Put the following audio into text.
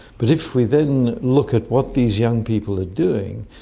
but if we then look at what these young people are doing,